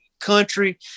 country